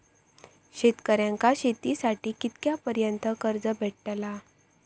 शेतकऱ्यांका शेतीसाठी कितक्या पर्यंत कर्ज भेटताला?